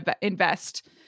invest